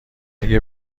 اگر